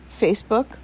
Facebook